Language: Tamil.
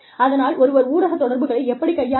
அதனால் ஒருவர் ஊடக தொடர்புகளை எப்படிக் கையாள வேண்டும்